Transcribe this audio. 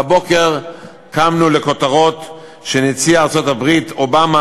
הבוקר קמנו לכותרות שנשיא ארצות-הברית אובמה